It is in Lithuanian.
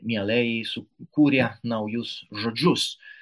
mielai sukūrė naujus žodžius a beje